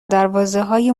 دروازههای